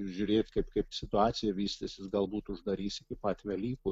žiūrėt kaip kaip situacija vystysis galbūt uždarys iki pat velykų